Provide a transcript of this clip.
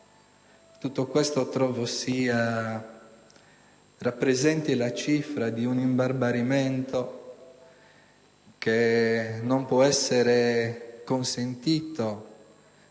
Tutto questo trovo rappresenti la cifra di un imbarbarimento che non può essere consentito